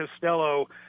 Costello